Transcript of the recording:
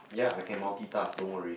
yea I can multitask don't worry